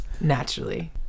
Naturally